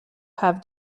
have